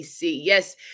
Yes